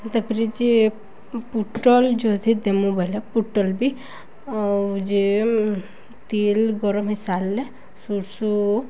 ତା'ପରେ ଯେ ପୁଟଲ ଯଦି ଦେମୁ ବୋଇଲେ ପୁଟଲ ବି ଆଉ ଯେ ତେଲ ଗରମ ହେଇ ସାରିଲେ ସୁର୍ଷୁ